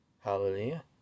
Hallelujah